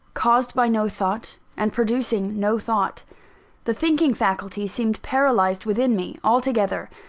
caused by no thought, and producing no thought the thinking faculty seemed paralysed within me, altogether.